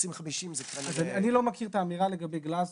2050 זה --- אז אני לא מכיר את האמירה לגבי גלזגו,